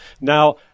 Now